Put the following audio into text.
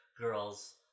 girls